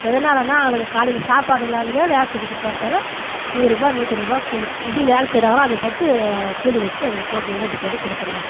எதனாலன்னா அவங்களுக்கு காலையில் சாப்பாடு இல்லாதவே வேலை செஞ்சிட்டு போறதால நூறுரூபா நூற்றி இருவதுருபா கூலி எப்படி வேலை செய்கிறாங்களோ அதை பொறுத்து கூலி வச்சு அதுக்கு போட்டு ரேட் போட்டு கொடுப்போம் நாங்கள்